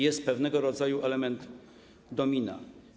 Jest pewnego rodzaju element domina.